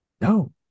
no